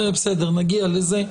נגיע לזה,